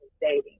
dating